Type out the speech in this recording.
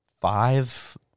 five